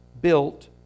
built